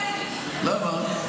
מה זה משנה למה?